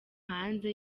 hanze